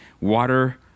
water